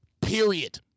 Period